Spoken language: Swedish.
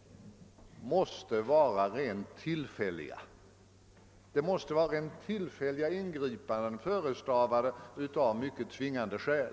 — måste vara rent tillfälliga. Det måste vara tillfälliga ingripanden förestavade av mycket tvingande skäl.